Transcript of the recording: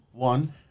One